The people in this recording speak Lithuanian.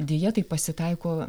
deja tai pasitaiko